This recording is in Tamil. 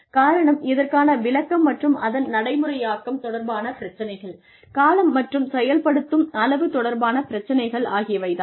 காரணம் இதற்கான விளக்கம் மற்றும் அதன் நடைமுறையாக்கம் தொடர்பான பிரச்சனைகள் காலம் மற்றும் செயல்படுத்தும் அளவு தொடர்பான பிரச்சினைகள் ஆகியவை தான்